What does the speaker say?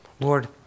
Lord